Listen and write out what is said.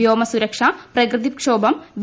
വ്യോമസുരക്ഷ പ്രകൃതിക്ഷോഭം വി